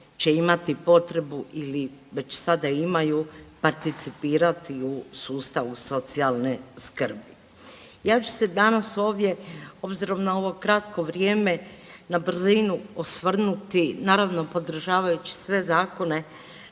će imati potrebu ili već sada imaju participirati u sustavu socijalne skrbi. Ja ću se danas ovdje obzirom na ovo kratko vrijeme na brzinu osvrnuti naravno podržavajući sve zakone